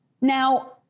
Now